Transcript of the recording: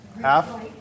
Half